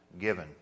given